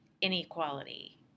inequality